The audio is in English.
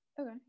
okay